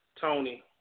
Tony